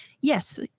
yes